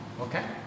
Okay